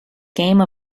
game